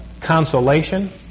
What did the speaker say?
consolation